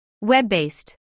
Web-based